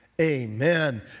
Amen